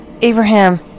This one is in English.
Abraham